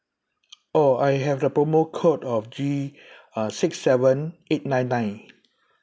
oh I have the promo code of G uh six seven eight nine nine